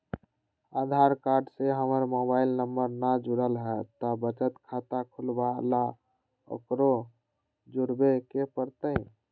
आधार card से हमर mobile number न जुरल है त बचत खाता खुलवा ला उकरो जुड़बे के पड़तई?